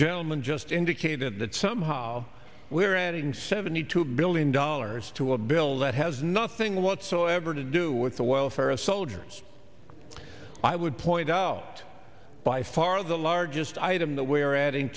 gentleman just indicated that somehow we are adding seventy two billion dollars to a bill that has nothing whatsoever to do with the welfare of soldiers i would point out by far the largest item the where add